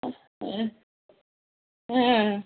ஆ ஆ ஆ ஆ